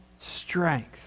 strength